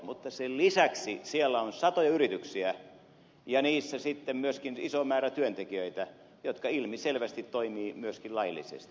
mutta sen lisäksi siellä on satoja yrityksiä ja niissä sitten myöskin iso määrä työntekijöitä jotka ilmiselvästi toimivat myöskin laillisesti